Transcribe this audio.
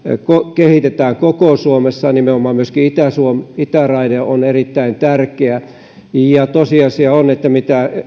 kehitetään koko suomessa nimenomaan myöskin itäraide on erittäin tärkeä tosiasia on mitä